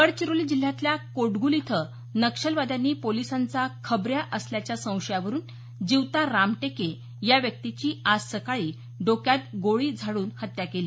गडचिरोली जिल्ह्यातल्या कोटगुल इथं नक्षलवाद्यांनी पोलिसांचा खबऱ्या असल्याच्या संशयावरून जिवता रामटेके या व्यक्तीची आज सकाळी डोक्यात गोळी झाडून हत्या केली